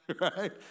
right